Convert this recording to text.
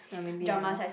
ah maybe ah